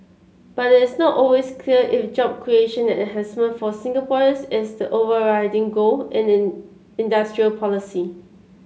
but it is not always clear if job creation and enhancement for Singaporeans is the overriding goal and in industrial policy